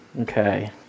Okay